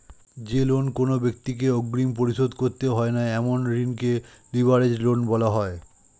যে লোন কোনো ব্যাক্তিকে অগ্রিম পরিশোধ করতে হয় না এমন ঋণকে লিভারেজড লোন বলা হয়